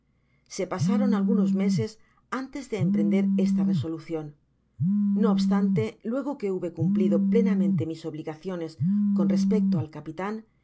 se pasaron algunos meses antes de emprender esta resolucion no obstante luego que hube cumplido plenamente mis obligaciones con respecto al cap